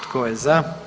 Tko je za?